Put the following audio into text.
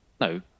No